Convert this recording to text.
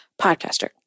podcaster